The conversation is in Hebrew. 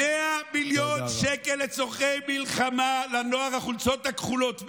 100 מיליון שקל לצורכי מלחמה לנוער החולצות הכחולות.